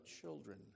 children